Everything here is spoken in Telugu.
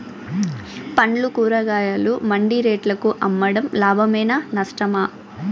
పండ్లు కూరగాయలు మండి రేట్లకు అమ్మడం లాభమేనా నష్టమా?